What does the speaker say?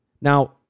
Now